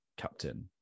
captain